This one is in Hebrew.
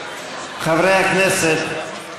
חברי הכנסת,